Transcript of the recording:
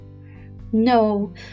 No